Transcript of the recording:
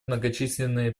многочисленные